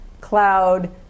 cloud